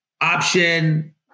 option